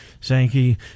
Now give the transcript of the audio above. Sankey